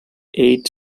eight